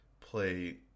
play